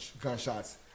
gunshots